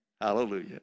Hallelujah